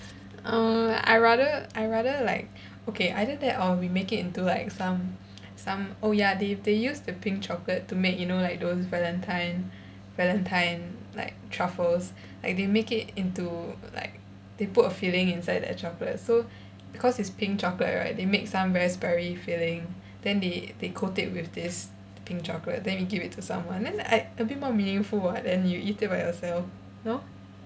err I rather I rather like okay either that or we make it into like some some oh ya they they use the pink chocolate to make you know like those valentine valentine like truffles like they make it into like they put a filling inside the chocolate so because it's pink chocolate right they make some raspberry filling then they they coat with this pink chocolate then you give it to someone then uh a bit more meaningful [what] than you eat by yourself no